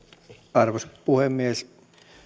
arvoisa puhemies